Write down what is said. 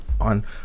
on